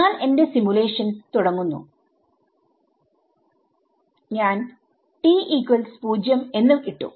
ഞാൻ എന്റെ സിമുലേഷൻ തുടങ്ങുന്നു ഞാൻ t0 എന്ന് ഇട്ടു